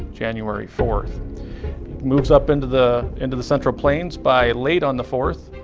january fourth. it moves up into the into the central plains by late on the fourth,